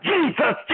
Jesus